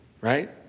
right